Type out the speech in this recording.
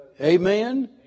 Amen